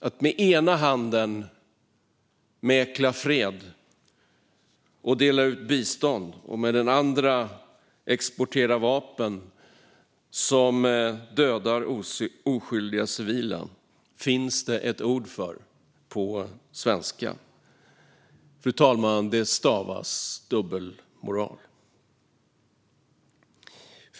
Att med den ena handen mäkla fred och dela ut bistånd och med den andra exportera vapen som dödar oskyldiga civila finns det ett ord för på svenska. Det stavas dubbelmoral, fru talman.